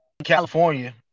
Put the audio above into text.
california